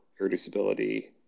irreducibility